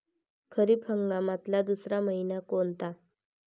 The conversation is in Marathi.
खरीप हंगामातला दुसरा मइना कोनता?